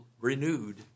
renewed